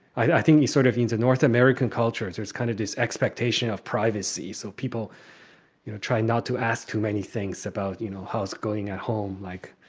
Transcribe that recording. i think you sort of into north american culture. there's kind of this expectation of privacy. so people try not to ask too many things about, you know, how's it going at home? like,